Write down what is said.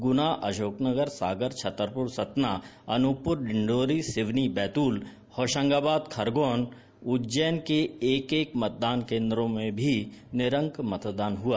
गुना अशोकनगर सागर छतरपुर सतना अन्रपुर डिंडोरी सिवनी बैतूल होशंगाबाद खरगोन उज्जैन के एक एक मतदान केन्द्रों में भी निरंक मतदान हआ